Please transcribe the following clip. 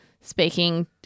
speaking